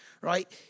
right